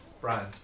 Brian